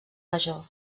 major